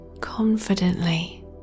confidently